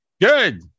good